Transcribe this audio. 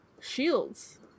shields